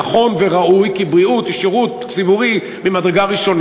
של האידיאולוגיה הציונית בשביל לגור עם מישהו ובשביל לחיות עם